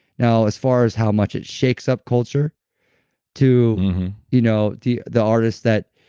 now as far as how much it shakes up culture to you know the the artists that.